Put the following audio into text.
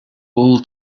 all